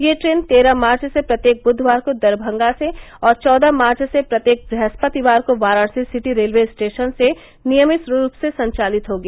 यह ट्रेन तेरह मार्च से प्रत्येक बुधवार को दरमंगा से और चौदह मार्च से प्रत्येक वृहस्पतिवार को वाराणसी सिटी रेलवे स्टेशन से नियमित रूप से संचालित होगी